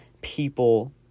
people